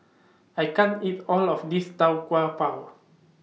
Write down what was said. I can't eat All of This Tau Kwa Pau